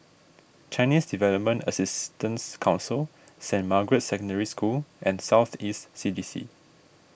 Chinese Development Assistance Council Saint Margaret's Secondary School and South East C D C